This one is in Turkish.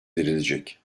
verilecek